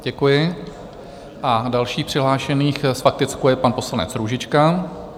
Děkuji a další přihlášený s faktickou je pan poslanec Růžička.